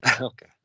okay